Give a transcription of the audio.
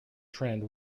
trend